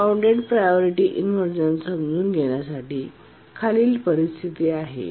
unbounded priority inversion समजून घेण्यासाठी खालील परिस्थिती आहे